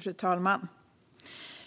Fru talman!